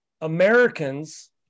Americans